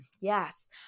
yes